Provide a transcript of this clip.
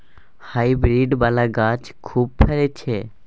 hybrid बला गाछ खूब फरइ छै